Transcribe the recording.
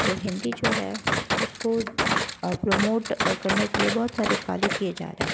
तो हिंदी जो है उसको प्रमोट करने के लिए बहुत सारे कार्य किया जा रहे हैं